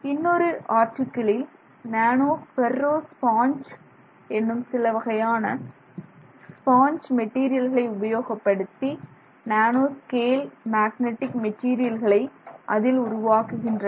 இன்னொரு ஆர்டிகிளில் nano ferro sponge என்னும் சிலவகையான ஸ்பாஞ்ச் போன்ற மெட்டீரியல்களை உபயோகப்படுத்தி நானோ ஸ்கேல் மேக்னடிக் மெட்டீரியல்களை அதில் உருவாக்குகின்றனர்